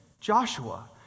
Joshua